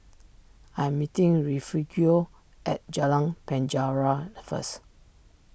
I am meeting Refugio at Jalan Penjara first